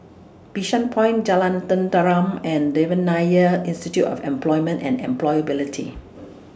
Bishan Point Jalan Tenteram and Devan Nair Institute of Employment and Employability